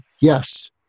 yes